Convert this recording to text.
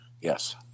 Yes